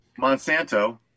Monsanto